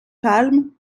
palme